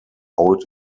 old